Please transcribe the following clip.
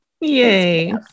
Yay